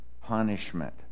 punishment